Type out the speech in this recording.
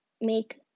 make